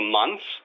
months